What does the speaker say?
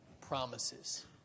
promises